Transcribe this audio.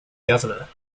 governor